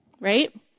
right